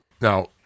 Now